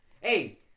Hey